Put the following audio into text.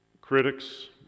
Critics